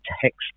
text